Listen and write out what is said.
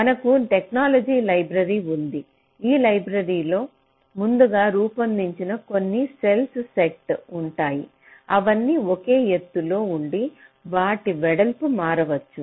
మనకు technology library ఉంది ఈ లైబ్రరీలో ముందుగా రూపొందించిన కొన్ని సెల్స్ సెట్ ఉంటాయి అవన్నీ ఒకే ఎత్తులో ఉండి వాటి వెడల్పు మారవచ్చు